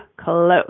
close